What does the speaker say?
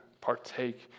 partake